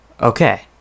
Okay